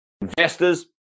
investors